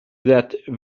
that